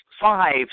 five